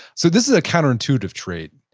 so this is a counterintuitive trait,